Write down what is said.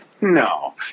No